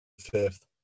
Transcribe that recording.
fifth